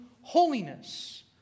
holiness